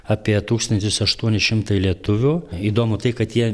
apie tūkstantis aštuoni šimtai lietuvių įdomu tai kad jie